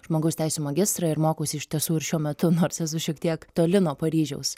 žmogaus teisių magistrą ir mokausi iš tiesų ir šiuo metu nors esu šiek tiek toli nuo paryžiaus